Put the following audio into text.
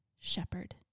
shepherd